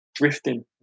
drifting